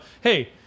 Hey